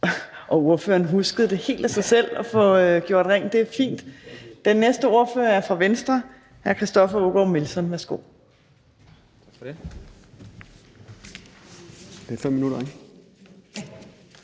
Og ordføreren huskede helt af sig selv at få gjort rent, det er fint. Den næste ordfører er fra Venstre. Hr. Christoffer Aagaard Melson, værsgo.